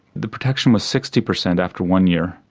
the protection was sixty percent after one year,